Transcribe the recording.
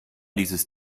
dieses